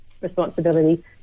responsibility